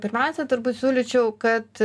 pirmiausia turbūt siūlyčiau kad